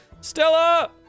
Stella